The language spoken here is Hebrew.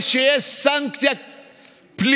לפיכך סעיפים 4,